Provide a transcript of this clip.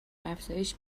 افزایش